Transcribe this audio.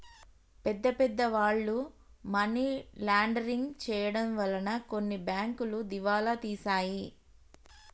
పెద్ద పెద్ద వాళ్ళు మనీ లాండరింగ్ చేయడం వలన కొన్ని బ్యాంకులు దివాలా తీశాయి